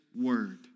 word